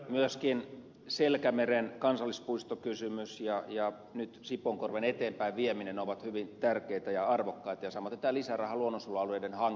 myöskin selkämeren kansallispuistokysymys ja nyt sipoonkorven kansallispuiston eteenpäin vieminen ovat hyvin tärkeitä ja arvokkaita samoiten tämä lisäraha luonnonsuojelualueiden hankintaan